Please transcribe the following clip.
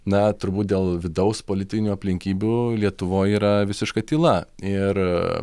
na turbūt dėl vidaus politinių aplinkybių lietuvoj yra visiška tyla ir